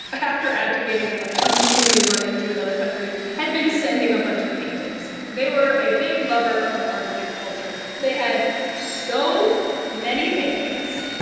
but after abdicating and like immediately running to another country, had been sending a bunch of paintings. they were a big lover of art and culture. they had so many paintings,